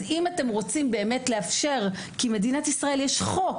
אז אם אתם רוצים באמת לאפשר כי במדינת ישראל יש חוק